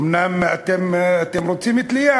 אתם רוצים תלייה,